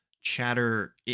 chatter